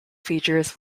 features